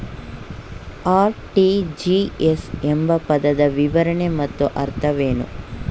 RTGS ಎಂಬ ಪದದ ವಿವರಣೆ ಮತ್ತು ಅರ್ಥವೇನು?